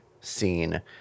scene